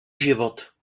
život